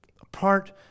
Apart